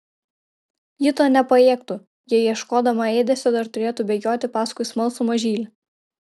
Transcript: ji to nepajėgtų jei ieškodama ėdesio dar turėtų bėgioti paskui smalsų mažylį